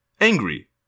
angry